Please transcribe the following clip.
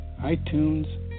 iTunes